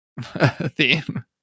theme